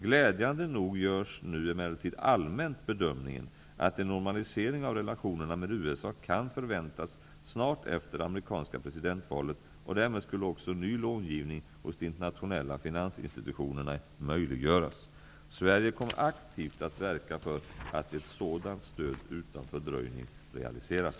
Glädjande nog görs nu emellertid allmänt bedömningen att en normalisering av relationerna med USA kan förväntas snart efter det amerikanska presidentvalet, och därmed skulle också ny långivning hos de internationella finansinstitutionerna möjliggöras. Sverige kommer aktivt att verka för att ett sådant stöd utan fördröjning realiseras.